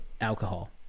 alcohol